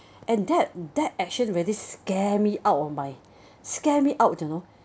and that that actually very scare me out of my scare me out you know